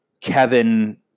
Kevin